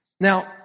Now